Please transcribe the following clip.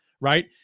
right